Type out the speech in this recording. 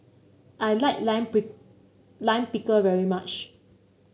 I like Lime Lime Pickle very much